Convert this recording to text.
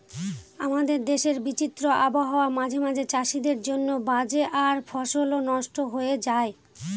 আমাদের দেশের বিচিত্র আবহাওয়া মাঝে মাঝে চাষীদের জন্য বাজে আর ফসলও নস্ট হয়ে যায়